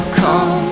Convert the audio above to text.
come